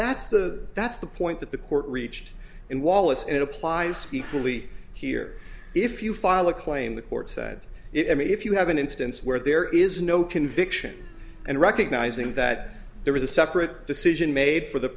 that's the that's the point that the court reached in wallace and it applies equally here if you file a claim the court said it i mean if you have an instance where there is no conviction and recognizing that there is a separate decision made for the